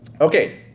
Okay